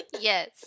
yes